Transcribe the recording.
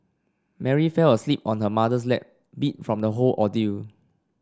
Mary fell asleep on her mother's lap beat from the whole ordeal